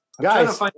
guys